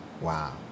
Wow